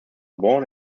born